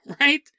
right